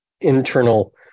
internal